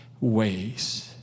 ways